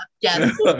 Yes